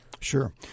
Sure